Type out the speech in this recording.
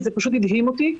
וזה פשוט הדהים אותי.